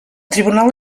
tribunal